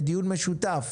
לדיון משותף,